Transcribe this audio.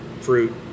fruit